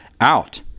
out